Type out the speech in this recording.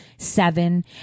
Seven